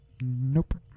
Nope